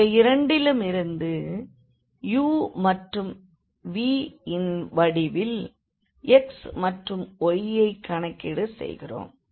இவை இரண்டிலுமிருந்து u மற்றும் v ன் வடிவில் x மற்றும் yயைக் கணக்கீடு செய்கிறோம்